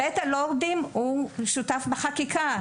בית הלורדים היה שותף ראשי בחקיקה.